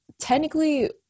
technically